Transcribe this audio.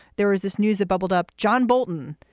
there was this news that bubbled up, john bolton.